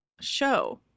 show